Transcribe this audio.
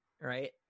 right